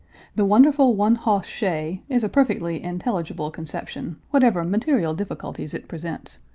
the wonderful one-hoss shay is a perfectly intelligible conception, whatever material difficulties it presents.